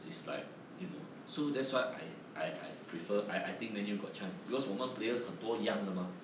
it's like you know so that's why I I I prefer I I think man U got chance because 我们 players 很多 young 的吗